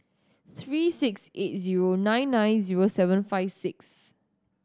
three six eight zero nine nine zero seven five six